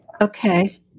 Okay